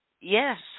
Yes